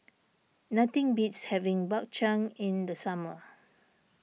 nothing beats having Bak Chang in the summer